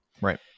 Right